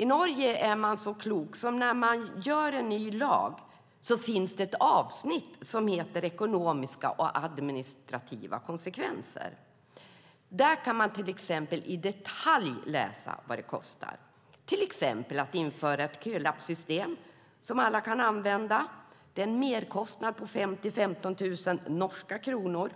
I Norge är man så klok att man när man stiftar en ny lag har ett avsnitt som heter Ekonomiska och administrativa konsekvenser. Där kan man i detalj läsa vad det kostar att till exempel införa ett kölappssystem som alla kan använda. Det är en merkostnad med 5 000-15 000 norska kronor. Man